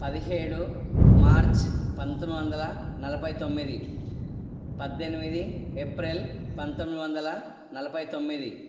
పదిహేడు మార్చ్ పంతొమ్మిది వందల నలభై తొమ్మిది పద్దెనిమిది ఏప్రిల్ పంతొమ్మిది వందల నలభై తొమ్మిది